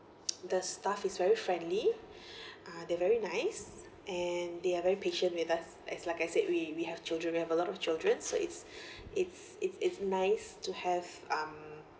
the staff is very friendly uh they're very nice and they are very patient with us as like I said we have children we have a lot of children so it's it's it's it's nice to have um